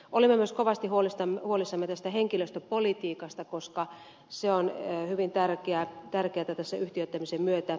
olimme myös kovasti huolissamme henkilöstöpolitiikasta koska se on hyvin tärkeätä tässä yhtiöittämisen myötä